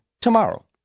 tomorrow